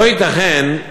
לא ייתכן,